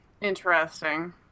Interesting